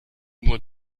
nur